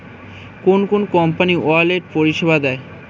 কোন কোন company wallet পরিষেবা দেয়?